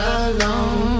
alone